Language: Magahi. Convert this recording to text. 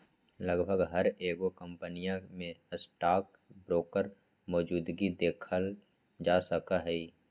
लगभग हर एगो कम्पनीया में स्टाक ब्रोकर मौजूदगी देखल जा सका हई